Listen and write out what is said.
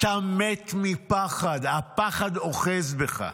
אתה מת מפחד, הפחד אוחז בך.